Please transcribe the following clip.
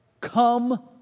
Come